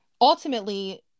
Ultimately